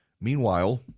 Meanwhile